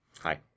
Hi